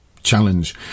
challenge